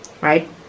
right